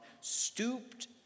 stooped